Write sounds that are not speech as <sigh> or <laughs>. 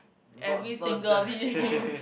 every single P_G_P <laughs>